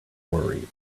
worried